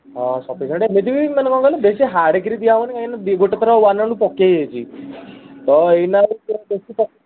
ହଁ ସଫିସେଣ୍ଟ୍ ଭିଜିକି ମାନେ କ'ଣ କହିଲ ବେଶି ହାର୍ଡ଼ କିରି ଦିଆ ହେଉନି କାହିଁକି ନା ଗୋଟେ ଥର ୱାନ୍ ପକେଇ ହେଇଛି ତ ଏଇନା ଆଉ ବେଶି